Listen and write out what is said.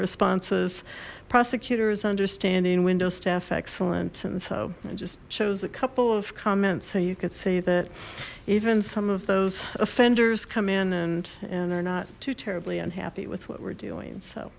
responses prosecutor is understanding window staff excellence and so i just shows a couple of comments so you could say that even some of those offenders come in and and are not too terribly unhappy with what we're doing so